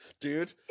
Dude